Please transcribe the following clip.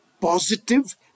positive